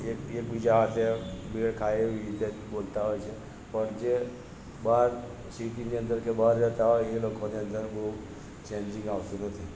એક એક બીજા હાથે મેળ ખાય એ રીતે બોલતા હોય છે પણ જે બહાર સિટીની અંદર કે બહાર જતા હોય એ લોકોની અંદર બહુ ચેન્જિંગ આવતું નથી